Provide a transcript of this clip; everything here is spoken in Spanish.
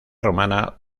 romana